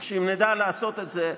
שאם נדע לעשות את זה,